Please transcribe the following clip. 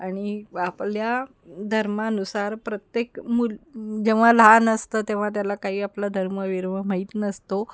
आणि आपल्या धर्मानुसार प्रत्येक मूल जेव्हा लहान असतं तेव्हा त्याला काही आपला धर्म बीर्म माहीत नसतो